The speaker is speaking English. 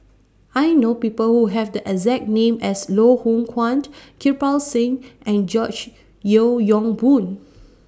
I know People Who Have The exact name as Loh Hoong Kwan Kirpal Singh and George Yeo Yong Boon